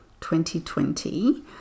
2020